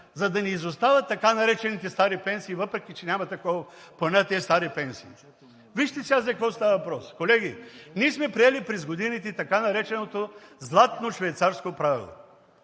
за да не изостават така наречените стари пенсии, въпреки че няма такова понятие „стари пенсии“. Вижте сега за какво става въпрос. Колеги, ние сме приели през годините така нареченото Златно швейцарско правило.